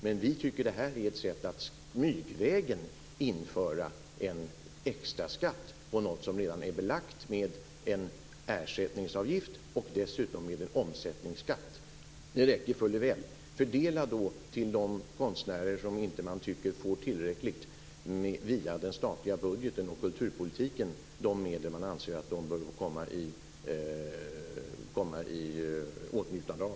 Men vi tycker att det här är ett sätt att smygvägen införa en extraskatt på något som redan är belagt med en ersättningsavgift - och dessutom med en omsättningsskatt. Det räcker fuller väl. Fördela då till de konstnärer som man inte tycker får tillräckligt via den statliga budgeten och kulturpolitiken de medel som man anser att de bör få komma i åtnjutande av.